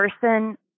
person